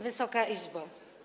Wysoka Izbo!